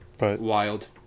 Wild